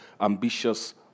ambitious